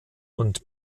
und